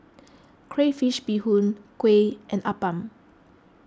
Crayfish BeeHoon Kuih and Appam